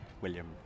William